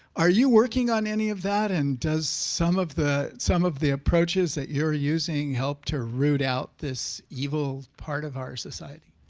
are you working on any of that, and does some of the some of the approaches that you're using help to root out this evil part of our society?